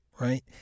right